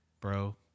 bro